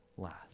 last